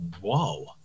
Whoa